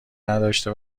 نداشته